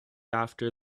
after